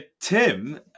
Tim